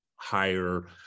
higher